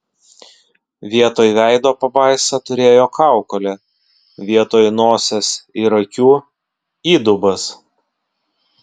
vietoj veido pabaisa turėjo kaukolę vietoj nosies ir akių įdubas